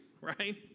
right